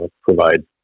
provide